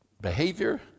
behavior